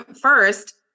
first